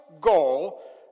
goal